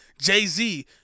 Jay-Z